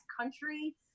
country